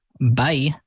Bye